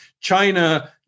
China